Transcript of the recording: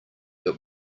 but